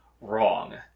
wrong